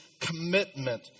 commitment